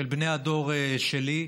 של בני הדור שלי,